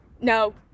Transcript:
no